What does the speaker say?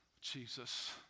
Jesus